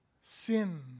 sin